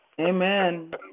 Amen